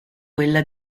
quella